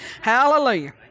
Hallelujah